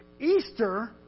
Easter